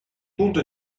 punto